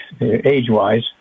age-wise